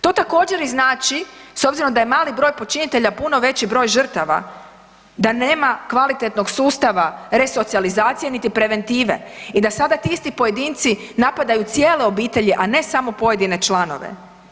To također i znači s obzirom da je mali broj počinitelja puno veći broj žrtava, da nema kvalitetnog sustava resocijalizacije niti preventive i da sada ti isti pojedinci napadaju cijele obitelji a ne samo pojedine članove.